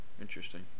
interesting